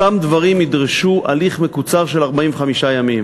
אותם דברים ידרשו הליך מקוצר, של 45 ימים,